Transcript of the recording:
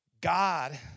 God